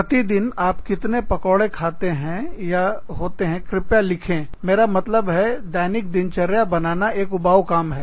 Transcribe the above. प्रतिदिन आप कितने पकोड़े खाते हैं या होते हैं कृपया लिखें मेरा मतलब है दैनिक दिनचर्या बनाना एक उबाऊ काम है